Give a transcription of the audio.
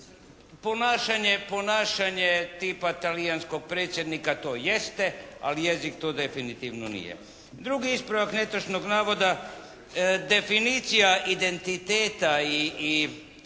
Ponašanje tipa Talijanskog Predsjednika to jeste, ali jezik to definitivno nije. Drugi ispravak netočnog navoda, definicija identiteta i